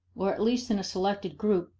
or at least in a selected group,